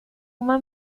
uma